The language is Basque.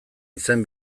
izen